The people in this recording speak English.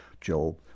Job